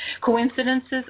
Coincidences